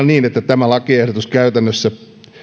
niin että tämä lakiehdotus käytännössä